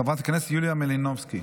חברת הכנסת יוליה מלינובסקי,